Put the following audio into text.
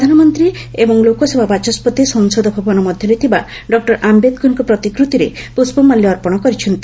ପ୍ରଧାନମନ୍ତ୍ରୀ ଏବଂ ଲୋକସଭା ବାଚସ୍ୱତି ସଂସଦ ଭବନ ମଧ୍ୟରେ ଥିବା ଡକ୍କର ଆୟଦ୍କରଙ୍କ ପ୍ରତିକୃତିରେ ପ୍ରଷ୍ପମାଲ୍ୟ ଅର୍ପଣ କରିଛନ୍ତି